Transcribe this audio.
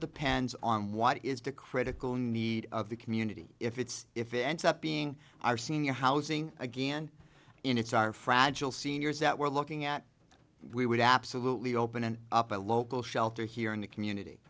depends on what is the critical need of the community if it's if it ends up being our senior housing again in it's our fragile seniors that we're looking at we would absolutely open up a local shelter here in the community